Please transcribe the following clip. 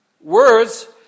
words